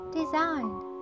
designed